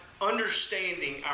understanding